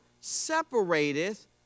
separateth